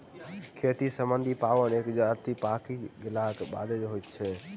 खेती सम्बन्धी पाबैन एक जजातिक पाकि गेलाक बादे होइत अछि